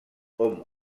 hom